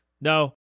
no